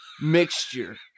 mixture